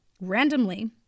randomly